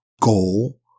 goal